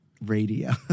radio